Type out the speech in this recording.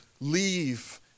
leave